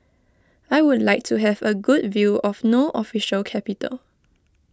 I would like to have a good view of No Official Capital